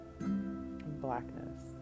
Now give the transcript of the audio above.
blackness